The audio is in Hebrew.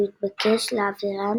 והוא התבקש להעבירה